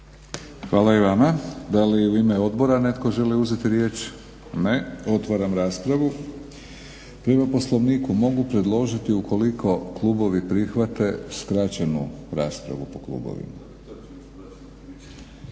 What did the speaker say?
Hvala i vama. Da li u ime odbora netko želi uzeti riječ? Ne. Otvaram raspravu. Prema Poslovniku mogu predložiti ukoliko klubovi prihvate skraćenu raspravu po klubovima.